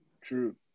True